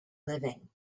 living